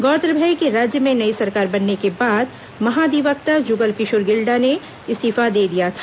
गौरतलब है कि राज्य में नई सरकार बनने के बाद महाधिवक्ता जुगल किशोर गिल्डा ने इस्तीफा दे दिया था